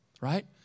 right